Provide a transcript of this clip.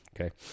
Okay